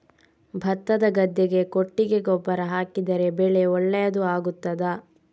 ಭತ್ತದ ಗದ್ದೆಗೆ ಕೊಟ್ಟಿಗೆ ಗೊಬ್ಬರ ಹಾಕಿದರೆ ಬೆಳೆ ಒಳ್ಳೆಯದು ಆಗುತ್ತದಾ?